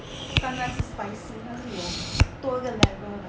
他不单单是 spicy 它是有多一个 level 的